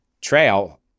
trail